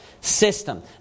system